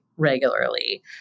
Regularly